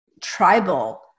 tribal